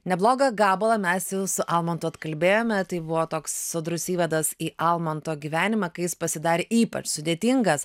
neblogą gabalą mes jau su almantu atkalbėjome tai buvo toks sodrus įvadas į almanto gyvenimą kai jis pasidarė ypač sudėtingas